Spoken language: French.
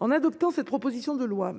en adoptant cette proposition de loi,